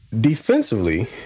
defensively